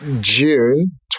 June